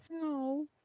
No